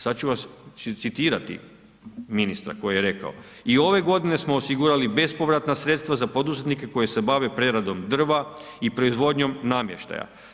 Sada ću citirati ministra koji je rekao „I ove godine smo osigurali bespovratna sredstva za poduzetnike koji se bave preradom drva i proizvodnjom namještaja.